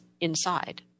inside